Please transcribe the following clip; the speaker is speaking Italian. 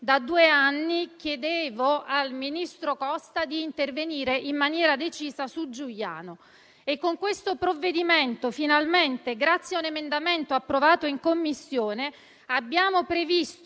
certamente c'è la gioia di poter condividere con i miei concittadini un importante risultato che segna un grande passo in avanti verso il risanamento ambientale